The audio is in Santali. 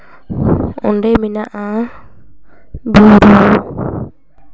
ᱚᱰᱮ ᱢᱮᱱᱟᱜᱼᱟ ᱵᱩᱨᱩ